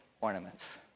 ornaments